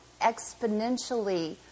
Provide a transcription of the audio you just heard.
exponentially